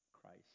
Christ